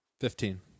Fifteen